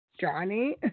Johnny